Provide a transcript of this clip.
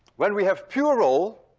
when we have pure roll,